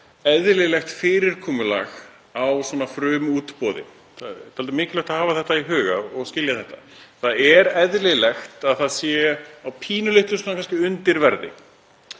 eðlilegt fyrirkomulag í svona frumútboði. Það er dálítið mikilvægt að hafa þetta í huga og skilja þetta. Það er eðlilegt að það sé á pínulitlu undirverði